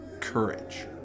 Courage